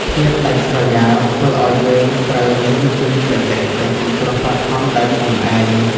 ភាពដាច់ស្រយាលធ្វើឱ្យយើងត្រូវរៀនពីបច្ចេកទេសសង្គ្រោះបឋមដោយខ្លួនឯង។